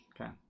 okay